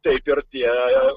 taip ir tie